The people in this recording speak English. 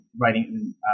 writing